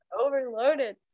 overloaded